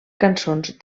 cançons